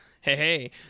hey